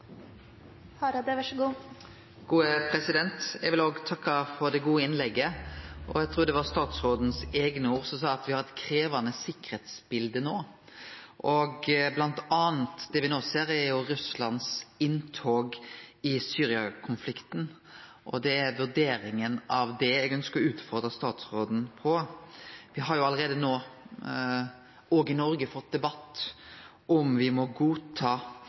Eg vil òg takke for det gode innlegget. Eg trur det var statsrådens eigne ord at me no har eit krevjande sikkerhetsbilete, m.a. det me no ser, Russlands inntog i Syria-konflikten, og det er vurderinga av det eg ønskjer å utfordre statsråden på. Me har allereie no, òg i Noreg, fått ein debatt om me må godta